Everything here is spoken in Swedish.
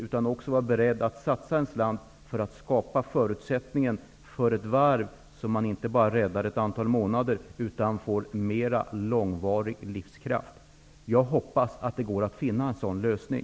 Man måste också vara beredd att satsa en slant för att skapa förutsättningen för ett varv med mer långvarig livskraft, inte ett varv som räddas enbart för ett antal månader. Jag hoppas att det går att finna en sådan lösning.